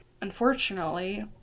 Unfortunately